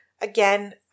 again